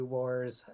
Wars